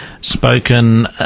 Spoken